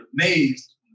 amazed